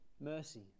mercy